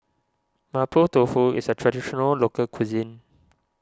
Mapo Tofu is a Traditional Local Cuisine